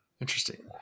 Interesting